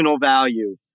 value